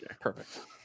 Perfect